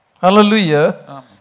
Hallelujah